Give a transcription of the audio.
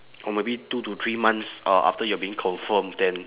or maybe two to three months uh after you are being confirm then